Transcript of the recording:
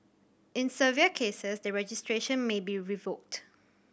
in severe cases the registration may be revoked